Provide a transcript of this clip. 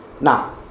Now